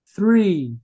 Three